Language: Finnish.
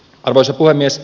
arvoisa puhemies